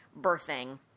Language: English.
birthing